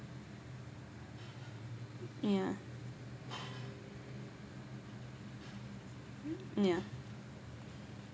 yeah yeah